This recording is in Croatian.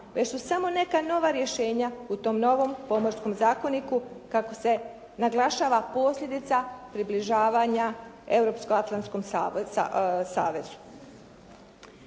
već su smo neka nova rješenja u tom novom Pomorskom zakoniku kako se naglašava posljedica približavanja Euroatlantskom savezu.